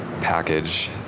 package